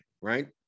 right